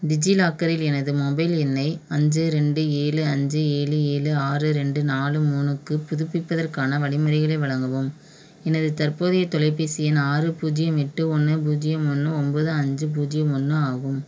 டிஜிலாக்கரில் எனது மொபைல் எண்ணை அஞ்சு ரெண்டு ஏழு அஞ்சு ஏழு ஏழு ஆறு ரெண்டு நாலு மூணுக்கு புதுப்பிப்பதற்கான வழிமுறைகளை வழங்கவும் எனது தற்போதைய தொலைபேசி எண் ஆறு பூஜ்ஜியம் எட்டு ஒன்று பூஜ்ஜியம் ஒன்று ஒம்பது அஞ்சு பூஜ்ஜியம் ஒன்று ஆகும்